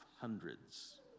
hundreds